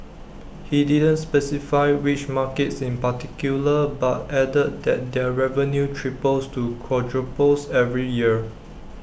he didn't specify which markets in particular but added that their revenue triples to quadruples every year